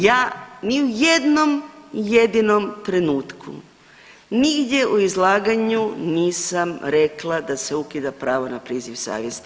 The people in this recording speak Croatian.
Ja ni u jednom jedinom trenutku nigdje u izlaganju nisam rekla da se ukida pravo na priziv savjesti.